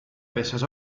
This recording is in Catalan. peces